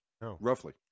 Roughly